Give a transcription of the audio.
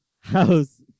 house